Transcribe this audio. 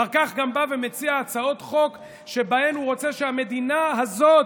אחר כך גם בא ומציע הצעות חוק שבהן הוא רוצה שהמדינה הזאת,